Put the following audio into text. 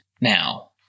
now